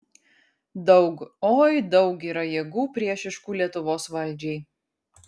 daug oi daug yra jėgų priešiškų lietuvos valdžiai